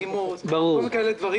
פעימות, כל מיני דברים כאלה.